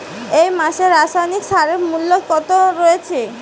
এই মাসে রাসায়নিক সারের মূল্য কত রয়েছে?